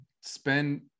spend